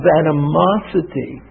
animosity